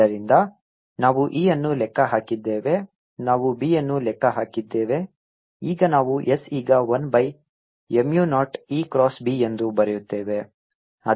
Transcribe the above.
ಆದ್ದರಿಂದ ನಾವು E ಅನ್ನು ಲೆಕ್ಕ ಹಾಕಿದ್ದೇವೆ ನಾವು B ಅನ್ನು ಲೆಕ್ಕ ಹಾಕಿದ್ದೇವೆ ಈಗ ನಾವು s ಈಗ 1 by mu not E cross B ಎಂದು ಬರೆಯುತ್ತೇವೆ